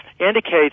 indicates